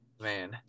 man